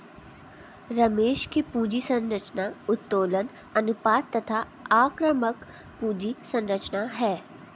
रमेश की पूंजी संरचना उत्तोलन अनुपात तथा आक्रामक पूंजी संरचना है